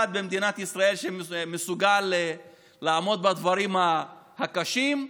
במדינת ישראל שמסוגל לעמוד בדברים הקשים,